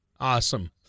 Awesome